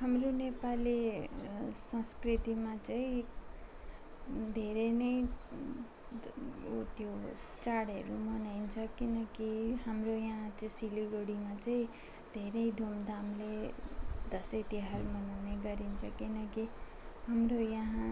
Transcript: हाम्रो नेपाली संस्कृतिमा चाहिँ धेरै नै ऊ त्यो चाढहरू मनाइन्छ किनकि हाम्रो यहाँ त्यो सिलगढीमा चाहिँ धेरै धुमधामले दसैँ तिहार मनाउने गरिन्छ किनकि हाम्रो यहाँ